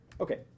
Okay